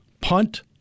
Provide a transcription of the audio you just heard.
punt